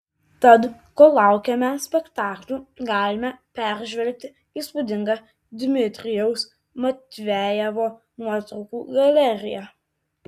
tad kol laukiame spektaklių galime peržvelgti įspūdingą dmitrijaus matvejevo nuotraukų galeriją